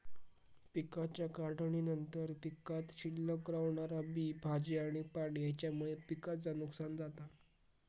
पिकाच्या काढणीनंतर पीकात शिल्लक रवणारा बी, भाजी आणि पाणी हेच्यामुळे पिकाचा नुकसान जाता